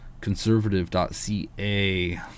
Conservative.ca